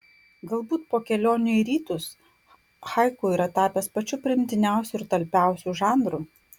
galbūt po kelionių į rytus haiku yra tapęs pačiu priimtiniausiu ir talpiausiu žanru